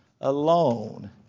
alone